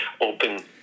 open